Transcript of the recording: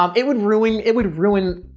um it would ruin, it would ruin,